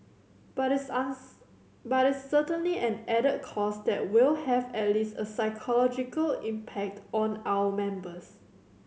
but it's but it's certainly an added cost that will have at least a psychological impact on our members